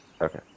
Okay